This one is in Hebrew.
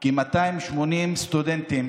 כ-280 סטודנטים